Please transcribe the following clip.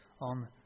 on